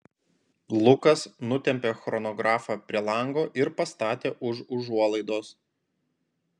lukas nutempė chronografą prie lango ir pastatė už užuolaidos